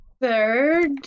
Third